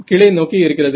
கீழே நோக்கி இருக்கிறது